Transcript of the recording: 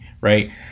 right